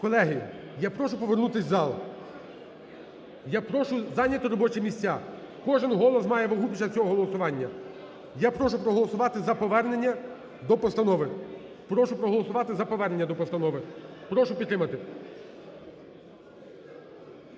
Колеги, я прошу повернутись в зал. Я прошу зайняти робочі місця, кожен голос має вагу після цього голосування. Я прошу проголосувати за повернення до постанови. Прошу проголосувати за повернення до постанови, прошу підтримати.